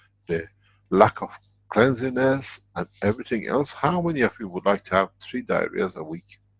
the lack of cleanliness, and everything else, how many of you would like to have three diarrhea's a week?